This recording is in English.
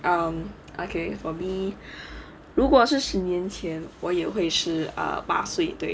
um okay for me 如果是十年前我也会是八岁以对